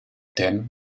thèmes